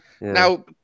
Now